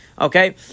okay